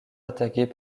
attaqués